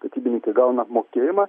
statybininkai gauna apmokėjimą